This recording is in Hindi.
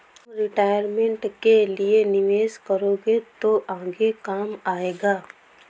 तुम रिटायरमेंट के लिए निवेश करोगे तो आगे काम आएगा